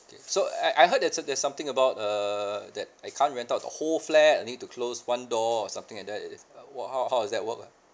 okay so I I heard there's a there's something about err that I can't rent out the whole flat I need to close one door or something like that is what how how does that work uh